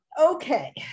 Okay